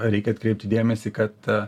reikia atkreipti dėmesį kad